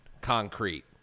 concrete